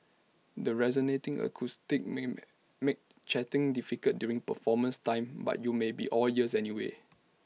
the resonating acoustics may make make chatting difficult during performance time but you may be all ears anyway